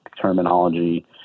terminology